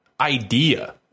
idea